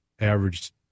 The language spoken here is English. average